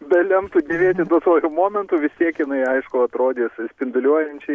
belemtų dėvėti duotuoju momentu vis tiek inai aišku atrodys spinduliuojančiai